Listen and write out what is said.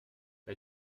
bei